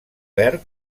verd